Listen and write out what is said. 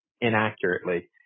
inaccurately